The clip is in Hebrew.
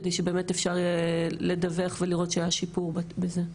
כדי שבאמת אפשר יהיה לדווח ולראות שהיה שיפור בזה.